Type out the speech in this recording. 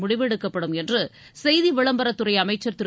முடிவெடுக்கப்படும் என்று செய்தி விளம்பரத்துறை அமைச்சர் திரு